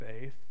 faith